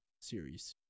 series